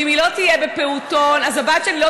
ואם היא לא תהיה בפעוטון אז הבת שלי לא